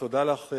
תודה לך,